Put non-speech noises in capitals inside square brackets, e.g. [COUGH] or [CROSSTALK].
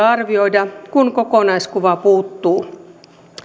[UNINTELLIGIBLE] arvioida kun kokonaiskuva puuttuu